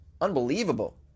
Unbelievable